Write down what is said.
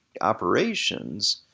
operations